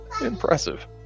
Impressive